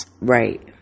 Right